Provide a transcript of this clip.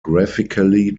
graphically